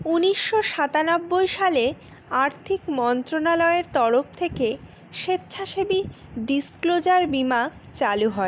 উনিশশো সাতানব্বই সালে আর্থিক মন্ত্রণালয়ের তরফ থেকে স্বেচ্ছাসেবী ডিসক্লোজার বীমা চালু হয়